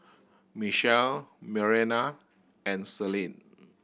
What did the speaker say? Michelle Marianna and Selene